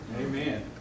Amen